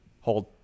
Hold